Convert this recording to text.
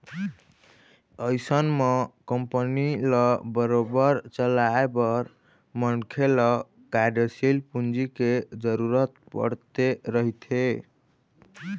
अइसन म कंपनी ल बरोबर चलाए बर मनखे ल कार्यसील पूंजी के जरुरत पड़ते रहिथे